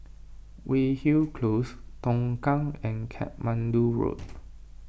Weyhill Close Tongkang and Katmandu Road